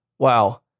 wow